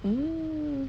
mm